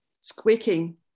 squeaking